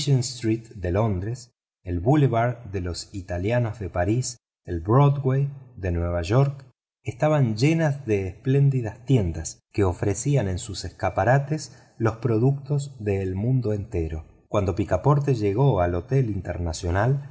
street de londres al boulevard de los italianos de parís al broadway en nueva york estaban llenas de espléndidas tiendas que ofrecían en sus escaparates los productos del mundo entero cuando picaporte llegó al hotel internacional